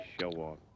show-off